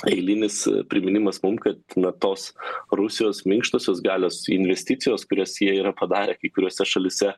eilinis priminimas mum kad na tos rusijos minkštosios galios investicijos kurias jie yra padarę kai kuriose šalyse